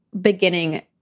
beginning